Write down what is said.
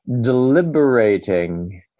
deliberating